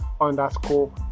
underscore